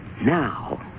now